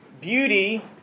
Beauty